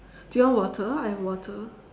do you want water I have water